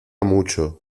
mucho